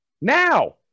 now